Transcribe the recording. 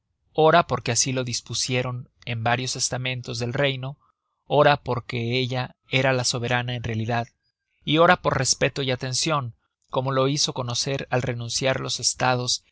ora porque asi lo dispusieron en varios estamentos del reino ora porque ella era la soberana en realidad y ora por respeto y atencion como lo hizo conocer al renunciar los estados